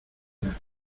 hacer